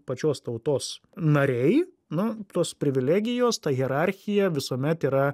pačios tautos nariai nu tos privilegijos ta hierarchija visuomet yra